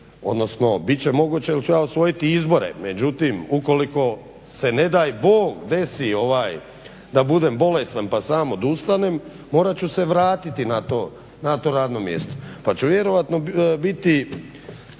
odnosno bit će moguće jer ću ja osvojiti izbore. Međutim, ukoliko se ne daj Bog desi da budem bolestan pa sam odustanem morat ću se vratiti na to radno mjesto. Pa ću vjerojatno biti